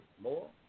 more